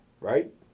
right